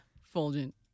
Fulgent